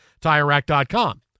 TireRack.com